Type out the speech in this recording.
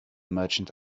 merchant